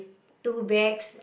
two bags